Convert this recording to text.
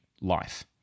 life